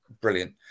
brilliant